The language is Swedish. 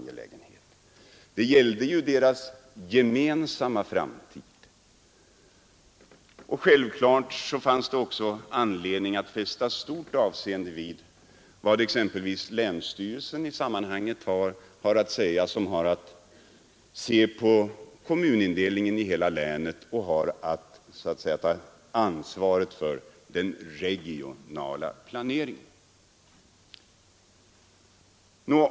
Ändringarna gällde ju deras gemensamma framtid. Och självfallet fanns det anledning att fästa mycket stort avseende vid vad exempelvis länsstyrelsen har att säga i sådana sammanhang, eftersom man ju där har att ta hänsyn till kommunindelningen i hela länet. Länsstyrelsen skall ju ta ansvaret för den regionala planeringen.